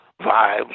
vibes